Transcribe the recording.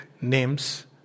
names